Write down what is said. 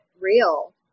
real